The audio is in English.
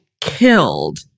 killed